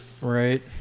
Right